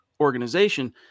organization